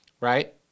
right